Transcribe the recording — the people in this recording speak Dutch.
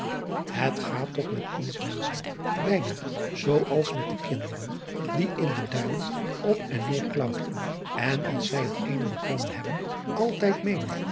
et gaat toch met ons wenschen bijna zoo als met de kinderen die in de duinen op en neêr klauteren en als zij het eene beklommen hebben altijd meenen